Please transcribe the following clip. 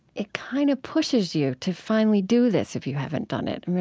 it kind of pushes you to finally do this if you haven't done it.